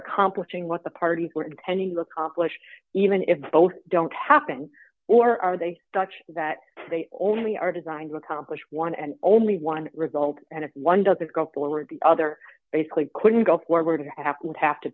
accomplishing what the parties were intending accomplish even if both don't happen or are they touch that they only are designed to accomplish one and only one result and if one doesn't go forward the other basically couldn't go forward would have to